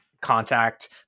contact